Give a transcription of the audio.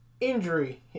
injury